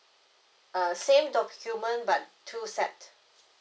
uh same document but two set